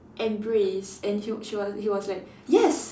embrace and he wa~ she was he was like yes